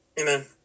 Amen